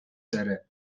داره